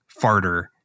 farter